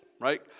Right